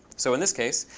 so in this case,